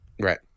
Right